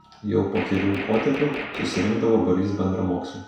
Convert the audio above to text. jau po kelių potėpių susirinkdavo būrys bendramokslių